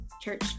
church